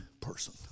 person